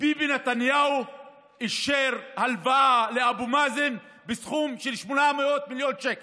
ביבי נתניהו אישר הלוואה לאבו מאזן בסכום של 800 מיליון שקל.